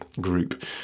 group